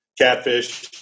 Catfish